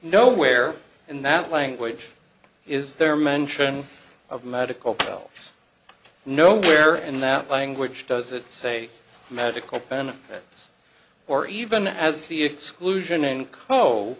nowhere in that language is there mention of medical else nowhere in that language does it say medical benefits or even as he exclusion in c